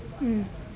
mm